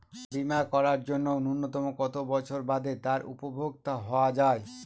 বীমা করার জন্য ন্যুনতম কত বছর বাদে তার উপভোক্তা হওয়া য়ায়?